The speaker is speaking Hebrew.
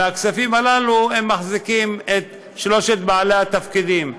מהכספים הללו הם מחזיקים את שלושת בעלי התפקידים.